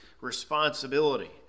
responsibility